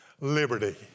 liberty